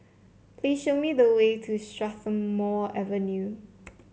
please show me the way to Strathmore Avenue